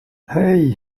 hey